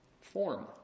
form